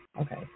okay